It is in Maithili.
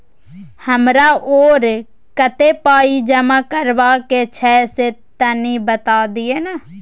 हमरा आरो कत्ते पाई जमा करबा के छै से तनी बता दिय न?